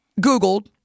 Googled